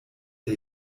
der